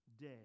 day